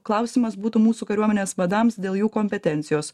klausimas būtų mūsų kariuomenės vadams dėl jų kompetencijos